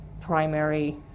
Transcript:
primary